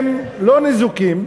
הם לא ניזוקים,